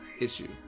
issue